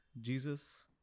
Jesus